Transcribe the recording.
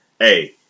Hey